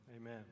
Amen